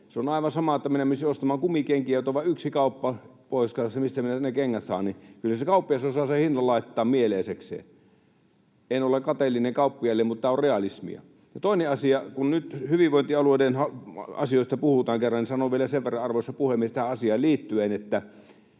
Se on aivan sama kuin se, että minä menisin ostamaan kumikenkiä ja Pohjois-Karjalassa olisi vain yksi kauppa, mistä minä ne kengät saan — kyllä se kauppias osaa sen hinnan laittaa mieleisekseen. En ole kateellinen kauppiaille, mutta tämä on realismia. Ja toinen asia: Kun nyt kerran hyvinvointialueiden asioista puhutaan, niin sanon vielä sen verran, arvoisa puhemies, tähän asiaan liittyen, että